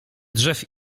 drzew